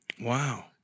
Wow